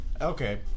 Okay